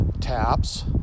taps